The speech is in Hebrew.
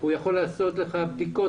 הוא יכול לעשות לך בדיקות.